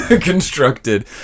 constructed